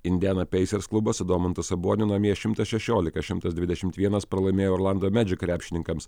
indiana pacers klubas su domantu saboniu namie šimtas šešiolika šimtas dvidešimt vienas pralaimėjo orlando medži krepšininkams